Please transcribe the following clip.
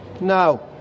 Now